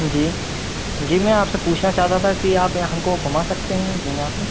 जी जी मैं आपसे पूछना चाहता था कि आप या हमको घूमा सकते हैं पर